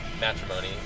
matrimony